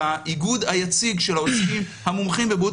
כאיגוד היציג של הרופאים המומחים בבריאות